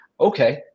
Okay